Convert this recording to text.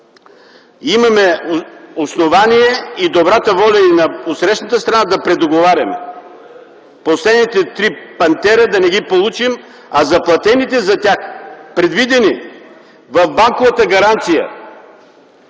Имаме основание и добрата воля на отсрещната страна да предоговаряме – последните три „Пантера” да не ги получим, а заплатените за тях, предвидени в банковата гаранция